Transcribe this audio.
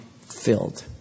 filled